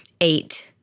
eight